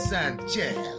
Sanchez